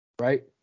right